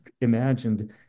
imagined